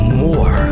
more